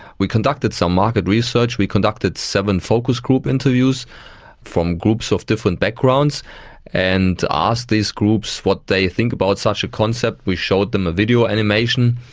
we conducted some market research, we conducted seven focus group interviews from groups of different backgrounds and asked these groups what they think about such a concept. we showed them a video animation,